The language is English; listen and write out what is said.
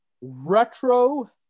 retro